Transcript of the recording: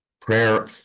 prayer